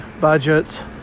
budgets